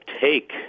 take